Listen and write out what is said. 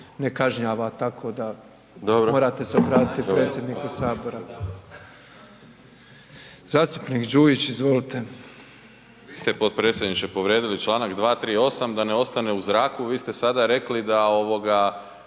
ne kažnjava tako da morate se obratiti predsjedniku Sabora. …/Upadica Beljak: